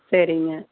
சரிங்க